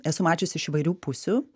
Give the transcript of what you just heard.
esu mačiusi iš įvairių pusių